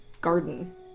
garden